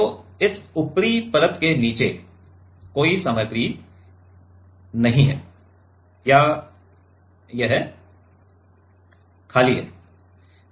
तो इस ऊपरी परत के नीचे कोई सामग्री नहीं है या यह खाली है